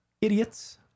idiots